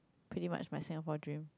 pretty much my Singapore dream